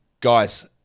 Guys